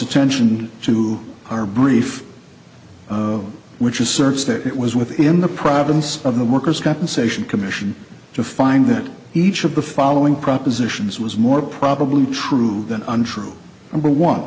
attention to our brief which asserts that it was within the province of the workers compensation commission to find that each of the following propositions was more probably true than untrue and one